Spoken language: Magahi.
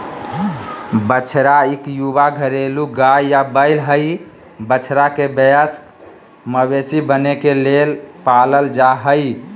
बछड़ा इक युवा घरेलू गाय या बैल हई, बछड़ा के वयस्क मवेशी बने के लेल पालल जा हई